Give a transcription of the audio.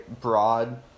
broad